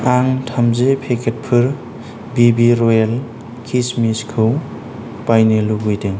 आं थामजि पेकेटफोर बिबि रयेल किसमिसखौ बायनो लुबैदों